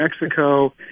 Mexico